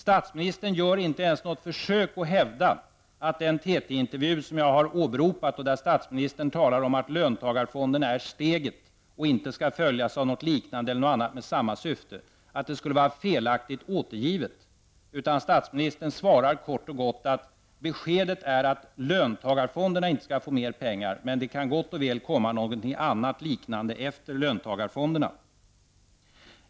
Statsministern gör inte ens något försök att hävda att den TT-intervju som jag har åberopat, där statsministern talar om att löntagarfonderna är steget och inte skall följas av något liknande eller något annat med samma syfte, skulle vara felaktigt återgiven. Statsministern svarar kort och gott att beskedet är att löntagarfonderna inte skall få mer pengar men att det kan komma något liknande efter löntagarfonderna.